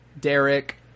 Derek